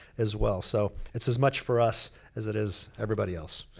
as well. so, it's as much for us as it is everybody else.